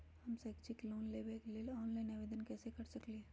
हम शैक्षिक लोन लेबे लेल ऑनलाइन आवेदन कैसे कर सकली ह?